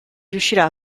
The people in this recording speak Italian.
riuscirà